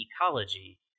ecology